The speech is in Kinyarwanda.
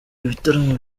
ibitaramo